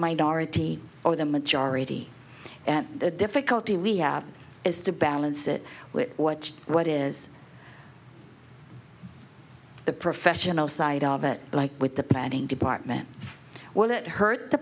minority or the majority and the difficulty we have is to balance it with what what is the professional side of it like with the planning department